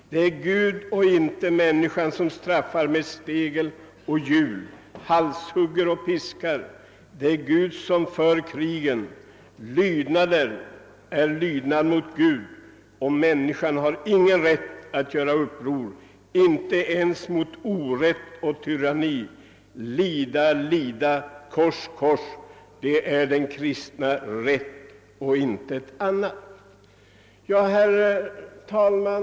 Det är Gud och icke människan som straffar med stegel och hjul, halshugger och piskar, det är Gud som för krigen.” Lydnaden är lydnad mot Gud, och människan har ingen rätt att göra uppror, icke ens mot orätt och tyranni: ”Lida, lida, kors, kors — det är den kristnes rätt och intet annat.» Herr talman!